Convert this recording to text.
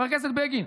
חבר הכנסת בגין,